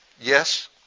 Yes